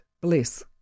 bless